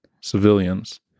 civilians